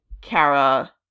Kara